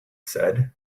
said